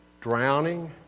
drowning